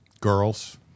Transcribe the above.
girls